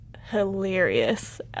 hilarious